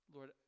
Lord